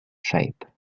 shape